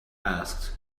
asked